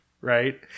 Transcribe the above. right